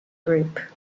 group